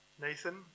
Nathan